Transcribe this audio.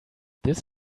this